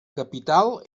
capital